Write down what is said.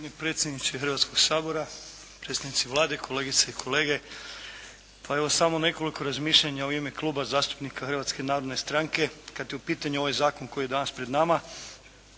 Hrvatske narodne stranke